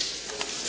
Hvala.